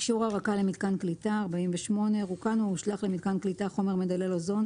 "אישור הרקה למיתקן קליטה רוקן או הושלך למיתקן קליטה חומר מדלל אוזון,